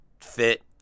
fit